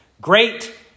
Great